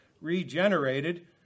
regenerated